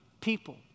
people